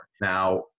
Now